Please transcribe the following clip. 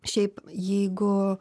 šiaip jeigu